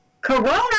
Corona